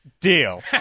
Deal